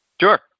Sure